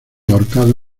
ahorcado